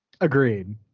Agreed